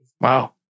Wow